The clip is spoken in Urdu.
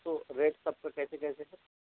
تو ریٹ سب کا کیسے کیسے ہے